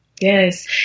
Yes